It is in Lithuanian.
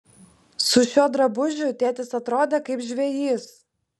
su šiuo drabužiu tėtis atrodė kaip žvejys